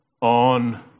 on